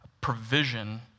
provision